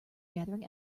gathering